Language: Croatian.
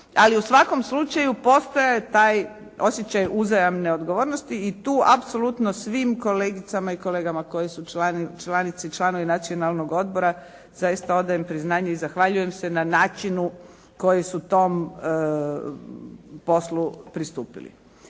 ali u svakom slučaju postojao je taj osjećaj uzajamne odgovornosti i tu apsolutno svim kolegicama i kolegama koji su članice i članovi Nacionalnog odbora zaista odajem priznanje i zahvaljujem se na načinu koji su tom poslu pristupili.